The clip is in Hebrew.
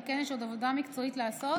על כן, יש עוד עבודה מקצועית לעשות